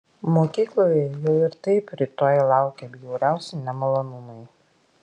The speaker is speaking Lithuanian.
mokykloje jau ir taip rytoj laukė bjauriausi nemalonumai